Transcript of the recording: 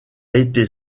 été